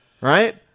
right